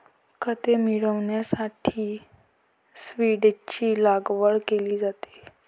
खते मिळविण्यासाठी सीव्हीड्सची लागवड केली जाते